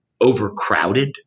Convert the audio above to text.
overcrowded